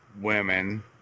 women